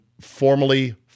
formally